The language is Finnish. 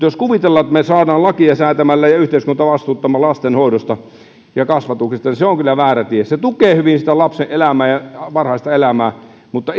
jos kuvitellaan että me saamme lakeja säätämällä yhteiskunnan vastuuseen lastenhoidosta ja kasvatuksesta niin se on kyllä väärä tie se tukee hyvin sitä lapsen elämää ja varhaista elämää mutta